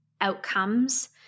outcomes